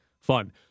fun